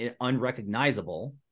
unrecognizable